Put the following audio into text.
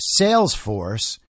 Salesforce